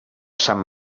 sant